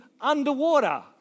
underwater